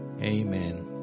amen